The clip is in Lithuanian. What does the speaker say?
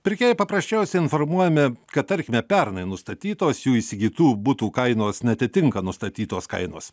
pirkėjai paprasčiausiai informuojami kad tarkime pernai nustatytos jų įsigytų butų kainos neatitinka nustatytos kainos